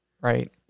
right